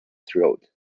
thrilled